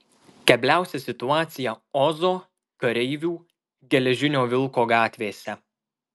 kebliausia situacija ozo kareivių geležinio vilko gatvėse